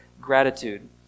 gratitude